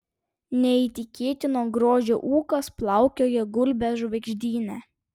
neįtikėtino grožio ūkas plaukioja gulbės žvaigždyne